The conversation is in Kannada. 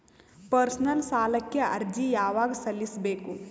ಪರ್ಸನಲ್ ಸಾಲಕ್ಕೆ ಅರ್ಜಿ ಯವಾಗ ಸಲ್ಲಿಸಬೇಕು?